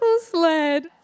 sled